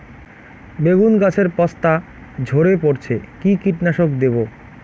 বেগুন গাছের পস্তা ঝরে পড়ছে কি কীটনাশক দেব?